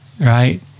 right